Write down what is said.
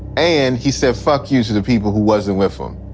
and he said fuck you to the people who wasn't with him,